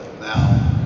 now